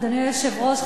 אדוני היושב-ראש,